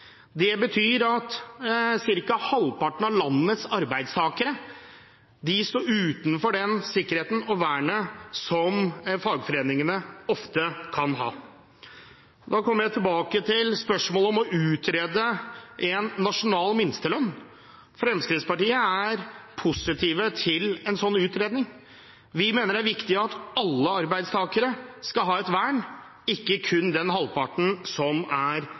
Det betyr at ca. halvparten av landets arbeidstakere står utenfor den sikkerheten og det vernet som fagforeningene ofte kan gi. Da kommer jeg tilbake til spørsmålet om å utrede en nasjonal minstelønn. Fremskrittspartiet er positive til en slik utredning. Vi mener det er viktig at alle arbeidstakere skal ha et vern, ikke kun den halvparten som er